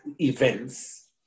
events